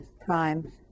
prime